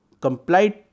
complied